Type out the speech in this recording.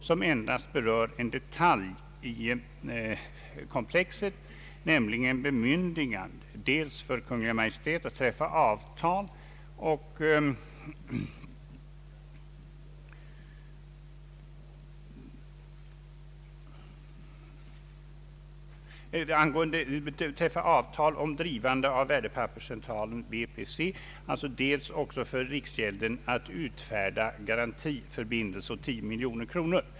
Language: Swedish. Dess behandling berör endast en detalj i komplexet, nämligen ett bemyndigande dels för Kungl. Maj:t att träffa avtal om drivande av värdepapperscentralen VPC, dels för riksgäldskontoret att utfärda garantiförbindelse på 10 miljoner kronor.